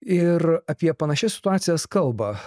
ir apie panašias situacijas kalba